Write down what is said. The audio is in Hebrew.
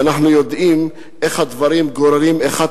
ואנחנו יודעים איך הדברים גוררים האחד